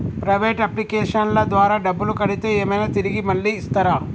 Private అప్లికేషన్ల ద్వారా డబ్బులు కడితే ఏమైనా తిరిగి మళ్ళీ ఇస్తరా?